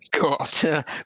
Got